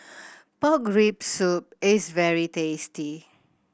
pork rib soup is very tasty